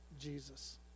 Jesus